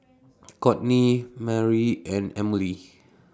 Cortney Mari and Emilie